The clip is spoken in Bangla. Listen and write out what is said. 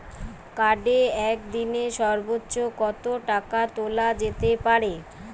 কার্ডে একদিনে সর্বোচ্চ কত টাকা তোলা যেতে পারে?